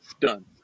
done